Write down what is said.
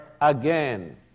again